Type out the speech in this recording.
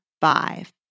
five